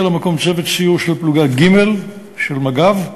למקום צוות סיור של פלוגה ג' של מג"ב,